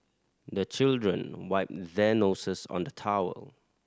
the children wipe their noses on the towel